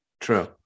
true